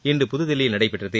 இன்று புதுதில்லியில் நடைபெற்றது